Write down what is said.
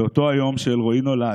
באותו היום שאלרואי נולד,